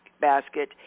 basket